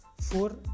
Four